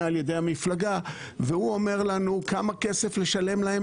על-ידי המפלגה והוא אומר לנו כמה כסף לשלם להם,